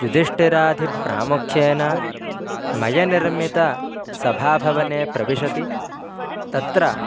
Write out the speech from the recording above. युदिष्टिराधिप्रामुख्येन मयनिर्मितसभाभवने प्रविशति तत्र